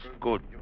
good